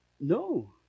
No